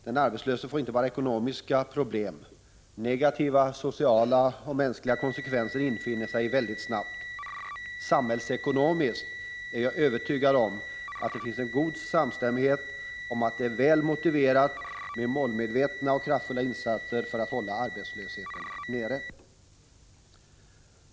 Den arbetslöse får inte bara ekonomiska problem, utan också negativa sociala och mänskliga konsekvenser gör sig väldigt snabbt märkbara. Jag är övertygad om att det samhällsekonomiskt finns en god samstämmighet när det gäller målet, nämligen att det är väl motiverat med målmedvetna och kraftfulla insatser för att hålla arbetslösheten nere.